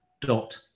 dot